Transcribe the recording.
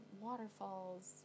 Waterfalls